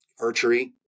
archery